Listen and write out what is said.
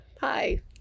Hi